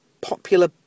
popular